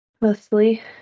mostly